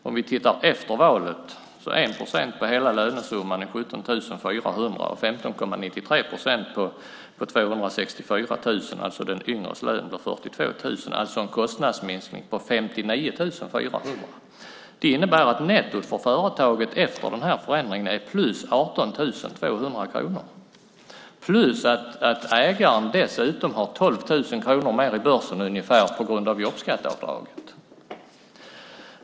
Om vi tittar på det efter valet är 1 procent på hela lönesumman 17 400 och 15,93 procent på 264 000, alltså den yngres lön, 42 000. Det blir en kostnadsminskning på 59 400. Det innebär att nettot för företaget efter förändringen är plus 18 200 kronor. Dessutom har ägaren ungefär 12 000 kronor mer i börsen på grund av jobbskatteavdraget.